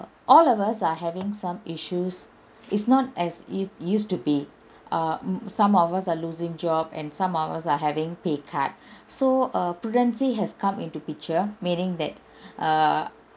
all of us are having some issues it's not as it used to pay uh mm some of us are losing job and some of us are having pay cut so err prudency has come into picture meaning that err